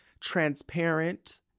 transparent